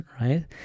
right